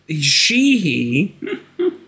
she-he